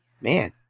Man